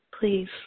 please